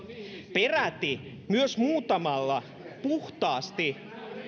peräti myös muutamalla puhtaasti